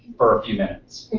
for a few minutes. it